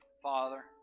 Father